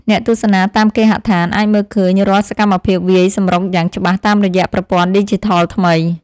អ្នកទស្សនាតាមគេហដ្ឋានអាចមើលឃើញរាល់សកម្មភាពវាយសម្រុកយ៉ាងច្បាស់តាមរយៈប្រព័ន្ធឌីជីថលថ្មី។